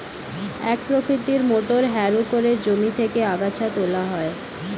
এক প্রকৃতির motor harrow করে জমি থেকে আগাছা তোলা হয়